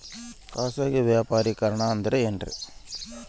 ಖಾಸಗಿ ವ್ಯಾಪಾರಿಕರಣ ಅಂದರೆ ಏನ್ರಿ?